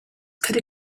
could